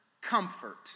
comfort